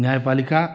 न्याय पालिका